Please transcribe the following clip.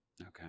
okay